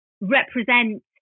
represent